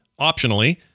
optionally